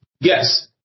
Yes